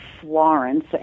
Florence